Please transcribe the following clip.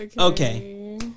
Okay